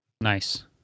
Nice